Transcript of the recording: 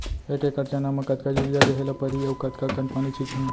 एक एकड़ चना म कतका यूरिया देहे ल परहि अऊ कतका कन पानी छींचहुं?